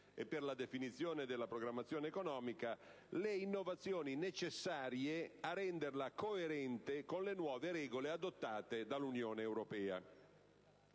e per la definizione della programmazione economica, le innovazioni necessarie a renderla coerente con le nuove regole adottate dall'Unione europea.